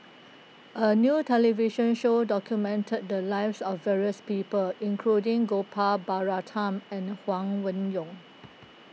a new television show documented the lives of various people including Gopal Baratham and Huang Wenhong